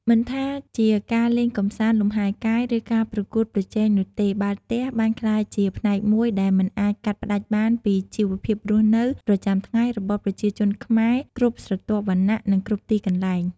មិនថាជាការលេងកម្សាន្ត លំហែរកាយ ឬការប្រកួតប្រជែងនោះទេ បាល់ទះបានក្លាយជាផ្នែកមួយដែលមិនអាចកាត់ផ្ដាច់បានពីជីវភាពរស់នៅប្រចាំថ្ងៃរបស់ប្រជាជនខ្មែរគ្រប់ស្រទាប់វណ្ណៈ និងគ្រប់ទីកន្លែង។